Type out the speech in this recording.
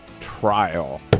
trial